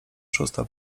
szósta